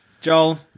Joel